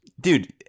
dude